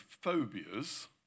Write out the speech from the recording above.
phobias